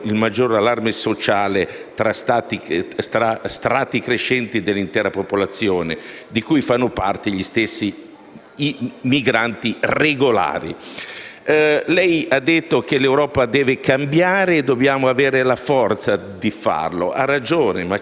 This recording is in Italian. migranti regolari. Lei ha detto che l'Europa deve cambiare e dobbiamo avere la forza di farlo. Ha ragione, ma ci vuole una forza anche all'interno del suo Paese, con una maggioranza coesa, che non vediamo.